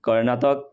Karnataka